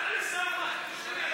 אל תעלי סתם כך, תשמרי